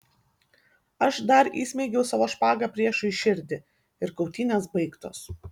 aš dar įsmeigiau savo špagą priešui į širdį ir kautynės baigtos